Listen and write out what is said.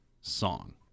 song